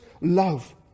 love